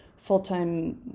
full-time